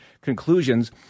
conclusions